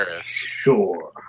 sure